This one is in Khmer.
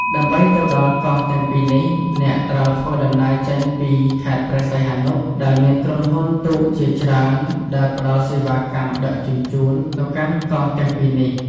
ដើម្បីទៅដល់កោះទាំងពីរនេះ អ្នកត្រូវធ្វើដំណើរចេញពី ខេត្តព្រះសីហនុ ដែលមានក្រុមហ៊ុនទូកជាច្រើនដែលផ្តល់សេវាកម្មដឹកជញ្ជូនទៅកាន់កោះទាំងពីរនេះ។